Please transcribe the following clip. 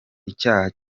icyaha